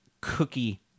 cookie